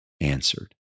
answered